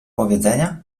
powiedzenia